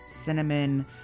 cinnamon